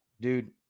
dude